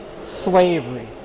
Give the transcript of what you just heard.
slavery